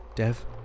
Dev